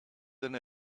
than